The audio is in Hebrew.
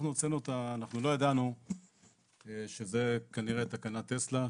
ידענו שזה כנראה תקנת טסלה,